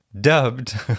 Dubbed